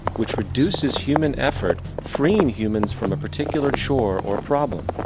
which reduces human effort, freeing humans from a particular chore or problem.